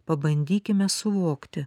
pabandykime suvokti